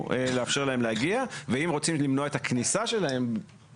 לאפשר להם להגיע ואם רוצים למנוע את הכניסה שלהם,